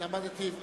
ולמדתי.